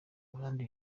abandi